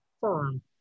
firm